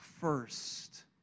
first